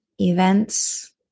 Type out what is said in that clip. events